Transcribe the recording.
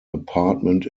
apartment